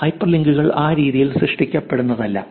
ഹൈപ്പർലിങ്കുകൾ ആ രീതിയിൽ സൃഷ്ടിക്കപ്പെട്ടതല്ല